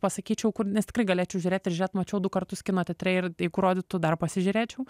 pasakyčiau kur nes tikrai galėčiau žiūrėt ir žiūrėt mačiau du kartus kinoteatre ir jeigu rodytų dar pasižiūrėčiau